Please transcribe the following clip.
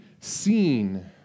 seen